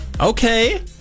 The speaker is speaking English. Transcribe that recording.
Okay